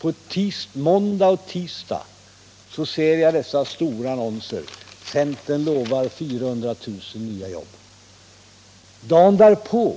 På måndagen och tisdagen ser jag dessa stora annonser: Centern lovar 400 000 nya jobb. Dagen därpå